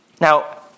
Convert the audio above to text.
Now